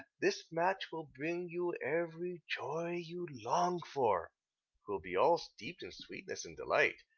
this match will bring you every joy you long for twill be all steeped in sweetness and delight.